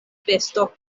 vesto